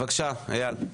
בבקשה, אייל.